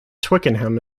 twickenham